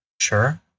sure